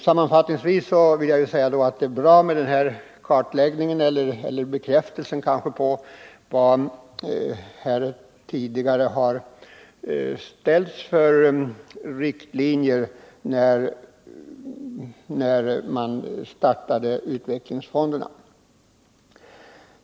Sammanfattningsvis vill jag säga att det är bra med denna kartläggning av— eller kanske bekräftelse på — de riktlinjer som drogs upp när man startade utvecklingsfonderna.